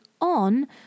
on